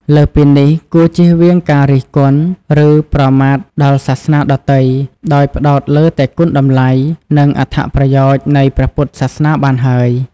លើសពីនេះ គួរជៀសវាងការរិះគន់ ឬប្រមាថដល់សាសនាដទៃ ដោយផ្តោតលើតែគុណតម្លៃ និងអត្ថប្រយោជន៍នៃព្រះពុទ្ធសាសនាបានហើយ។